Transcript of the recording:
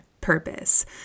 purpose